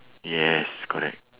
yes correct